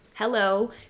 hello